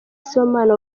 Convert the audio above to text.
sibomana